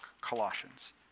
Colossians